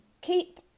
Keep